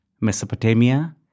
Mesopotamia